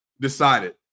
decided